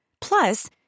Plus